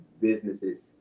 businesses